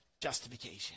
justification